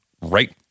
right